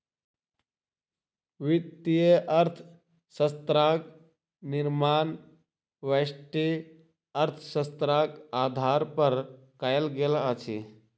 वित्तीय अर्थशास्त्रक निर्माण व्यष्टि अर्थशास्त्रक आधार पर कयल गेल अछि